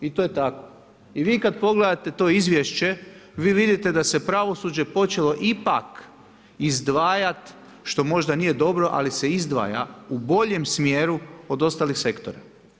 I vi kada pogledate to izvješće, vi vidite da se pravosuđe počelo ipak izdvajati, što možda nije dobro ali se izdvaja u boljem smjeru od ostalih sektora.